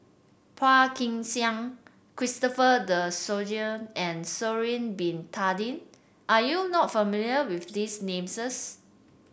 Phua Kin Siang Christopher De Souza and Sha'ari Bin Tadin are you not familiar with these names